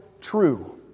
true